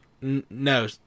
no